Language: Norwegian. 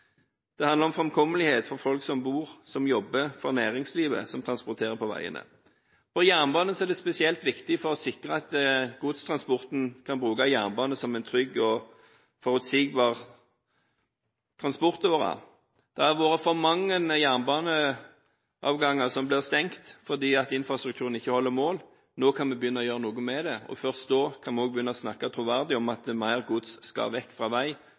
Det handler om framkommelighet for folk som bor, som jobber for næringslivet, eller som transporterer gods på veiene. På jernbanesektoren er det spesielt viktig å sikre at de som transporterer gods, kan bruke jernbanen som en trygg og forutsigbar transportåre. Det har vært for mange jernbaneavganger som har blitt innstilt fordi infrastrukturen ikke holder mål. Nå kan vi begynne å gjøre noe med det. Først da kan vi også begynne å snakke troverdig om at mer gods skal vekk fra vei